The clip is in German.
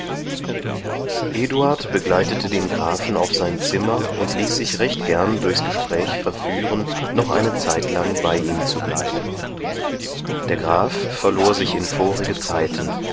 eduard begleitete den grafen auf sein zimmer und ließ sich recht gern durchs gespräch verführen noch eine zeitlang bei ihm zu bleiben der graf verlor sich in vorige zeiten